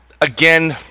again